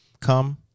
come